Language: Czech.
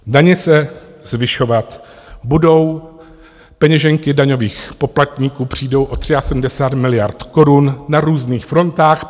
Daně se zvyšovat budou, peněženky daňových poplatníků přijdou o 73 miliard korun na různých frontách.